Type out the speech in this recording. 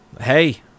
Hey